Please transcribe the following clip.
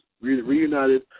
reunited